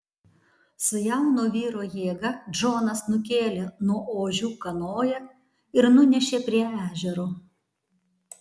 su jauno vyro jėga džonas nukėlė nuo ožių kanoją ir nunešė prie ežero